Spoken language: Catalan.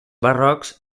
barrocs